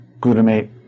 glutamate